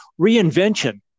reinvention